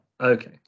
Okay